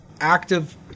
active